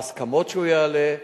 בהסכמות שהוא יעלה,